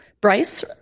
Bryce